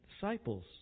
disciples